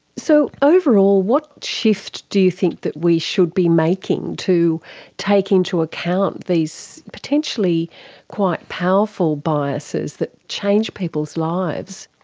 so, overall, what shift do you think that we should be making to take into account these potentially quite powerful biases that change people's lives?